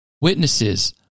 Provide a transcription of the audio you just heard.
witnesses